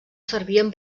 servien